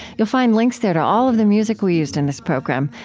you'll find links there to all of the music we used in this program,